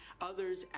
others